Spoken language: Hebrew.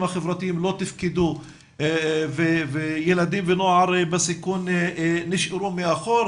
החברתיים לא תפקדו וילדים ונוער בסיכון נשארו מרחוק.